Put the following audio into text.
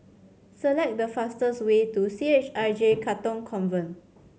select the fastest way to C H I J Katong Convent